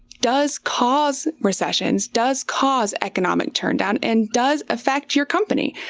does cause recessions, does cause economic turndown, and does affect your company.